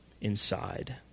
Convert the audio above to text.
inside